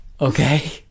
Okay